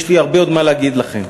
יש לי הרבה עוד מה להגיד לכם.